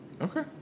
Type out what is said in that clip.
okay